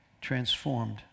transformed